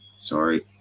Sorry